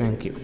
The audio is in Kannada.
thank you